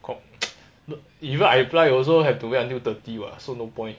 even I apply you also have to wait until thirty [what] so no point